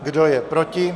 Kdo je proti?